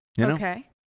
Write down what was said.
Okay